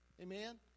amen